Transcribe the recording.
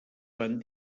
van